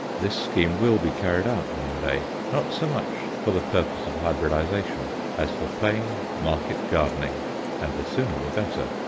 this scheme will be carried out one day, not so much for the purpose of hybridization as for plain market-gardening and the sooner the better.